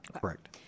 Correct